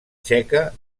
txeca